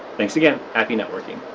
thanks again, happy networking!